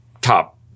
top